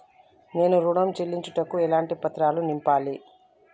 నేను ఋణం చెల్లించుటకు ఎలాంటి పత్రాలను నింపాలి?